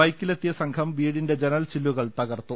ബൈക്കിലെത്തിയ സംഘം വീടിന്റെ ജനൽ ചില്ലുകൾ തകർത്തു